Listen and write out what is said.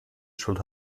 should